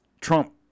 Trump